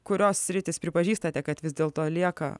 kurios sritis pripažįstate kad vis dėlto lieka